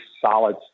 solid